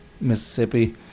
Mississippi